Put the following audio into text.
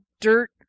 dirt